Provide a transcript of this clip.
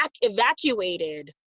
evacuated